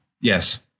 Yes